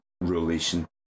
relation